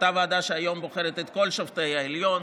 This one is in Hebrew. אותה ועדה שהיום בוחרת את כל שופטי העליון.